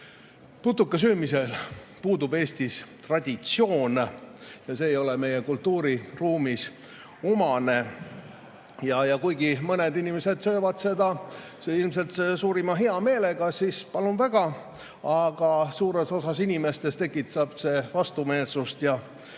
Putukasöömisel puudub Eestis traditsioon ja see ei ole meie kultuuriruumile omane. Kuigi mõned inimesed söövad seda ilmselt suurima heameelega, siis palun väga, aga suures osas inimestes tekitab see vastumeelsust ja